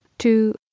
Two